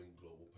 global